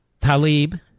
Talib